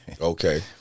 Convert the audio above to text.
Okay